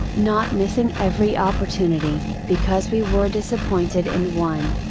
not missing every opportunity, because we were disappointed in one.